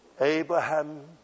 Abraham